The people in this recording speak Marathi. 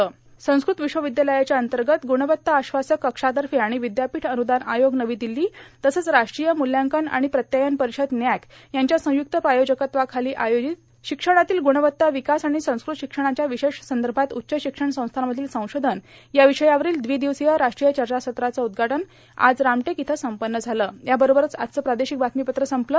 कविकुलगुरू कालिदास संस्कृत विश्वविद्यालयाच्या अंतर्गत गुणवत्ता आश्वासक कक्षातर्फे आणि विद्यापीठ अनुदान आयोग नवी दिल्ली तसच राष्ट्रीय मूल्यांकन आणि प्रत्यायन परिषद् नॅक यांच्या संयुक्त प्रायोजकत्वाखाली आयोजित शिक्षणातील गुणवत्ता विकास आणि संस्कृत शिक्षणाच्या विशेष संदर्भात उच्च शिक्षण संस्थांमधील संशोधन या विषयावरील द्विदिवसीय राष्ट्रीय चर्चासत्राचं उद्घाटन आज आज रामटेक इथं संपन्न झालं